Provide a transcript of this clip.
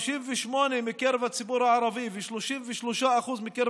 58% מקרב הציבור הערבי ו-33% מקרב